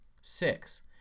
Six